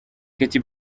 katy